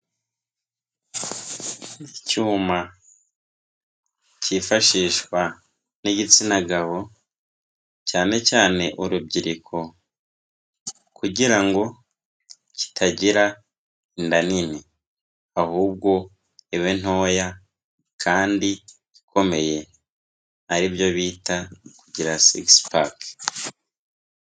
Icyuma cyifashishwa n'igitsina gabo cyane cyane urubyiruko kugira ngo kitagira inda nini, ahubwo ibe ntoya kandi ikomeye ari byo bita kugira sigisi paka.